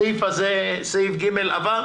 הסעיף הזה, סעיף (ב),